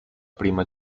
prima